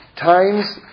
Times